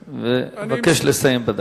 ואבקש לסיים בדקה.